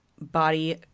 Body